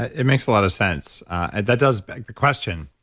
it makes a lot of sense. and that does beg question,